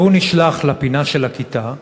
והוא נשלח לפינה של הכיתה,